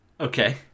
Okay